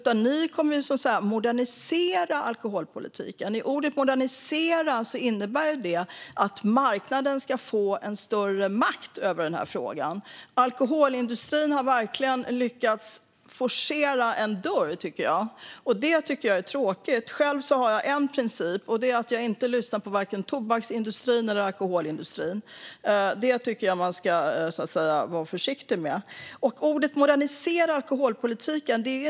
Men ni kommer att "modernisera" alkoholpolitiken, vilket innebär att marknaden ska få större makt över frågan. Här har alkoholindustrin verkligen lyckats forcera en dörr, tycker jag. Det är tråkigt. Själv har jag en princip, och det är att jag inte lyssnar på vare sig tobaksindustrin eller alkoholindustrin. Det tycker jag att man ska vara försiktig med. Ni vill "modernisera" alkoholpolitiken.